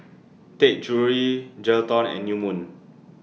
Taka Jewelry Geraldton and New Moon